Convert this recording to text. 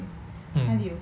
mm